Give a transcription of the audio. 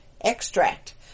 extract